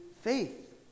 faith